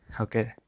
okay